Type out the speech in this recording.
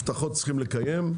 הבטחות צריכים לקיים,